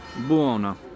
Buona